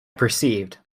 perceived